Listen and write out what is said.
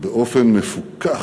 באופן מפוכח,